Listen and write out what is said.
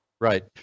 Right